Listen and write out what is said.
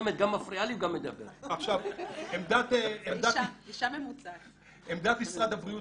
עמדת משרד הבריאות